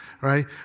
right